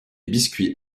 biscuits